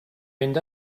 mynd